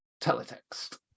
Teletext